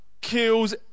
Kills